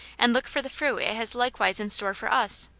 and look for the fruit it has likewise in store for us.